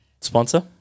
sponsor